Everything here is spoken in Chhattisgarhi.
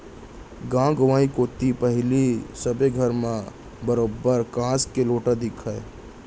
गॉंव गंवई कोती पहिली सबे घर म बरोबर कांस के लोटा दिखय